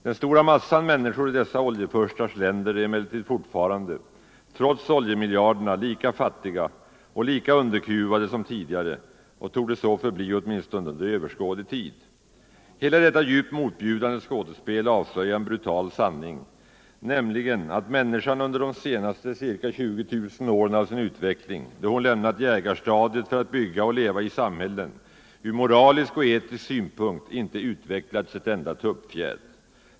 Den stora massan människor i dessa oljefurstars länder är emellertid fortfarande, trots oljemiljarderna, lika fattiga och lika underkuvade som tidigare och torde så förbli åtminstone under överskådlig tid. Hela detta djupt motbjudande skådespel avslöjar en brutal sanning, nämligen att människan under de senaste ca 20000 åren av sin utveckling, då hon lämnat jägarstadiet för att bygga och leva i samhällen, ur moralisk och etisk synpunkt inte utvecklats ett enda tuppfjät.